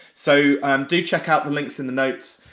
so do check out the links in the notes,